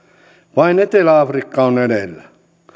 vain etelä afrikka on edellä